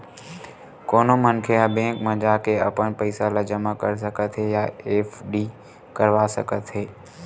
कोनो मनखे ह बेंक म जाके अपन पइसा ल जमा कर सकत हे या एफडी करवा सकत हे